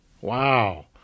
Wow